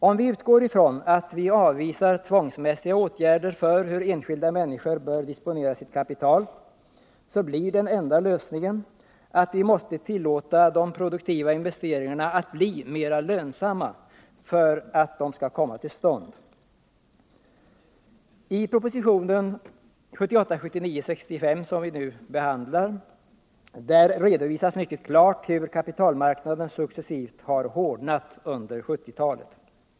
Om vi utgår från att vi avvisar tvångsmässiga åtgärder för hur enskilda människor bör disponera sitt kapital, blir den enda lösningen att vi måste tillåta de produktiva investeringarna att bli mera lönsamma för att de skall komma till stånd. I propositionen 1978/79:165, som vi nu behandlar, redovisas mycket klart hur kapitalmarknaden successivt hårdnat under 1970-talet.